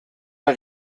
der